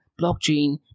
Blockchain